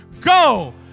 go